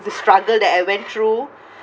the struggle that I went through